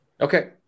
Okay